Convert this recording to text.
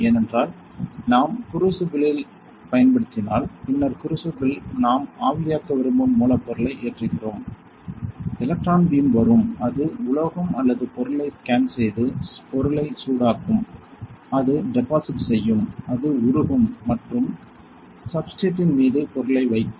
ஏனென்றால் நாம் குரூசிபிளில் ஐப் பயன்படுத்தினால் பின்னர் குரூசிபிளில் நாம் ஆவியாக்க விரும்பும் மூலப்பொருளை ஏற்றுகிறோம் எலக்ட்ரான் பீம் வரும் அது உலோகம் அல்லது பொருளை ஸ்கேன் செய்து பொருளை சூடாக்கும் அது டெபாசிட் செய்யும் அது உருகும் மற்றும் சப்ஸ்டிரேட்டின் மீது பொருளை வைக்கும்